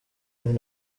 inkwi